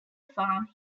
farm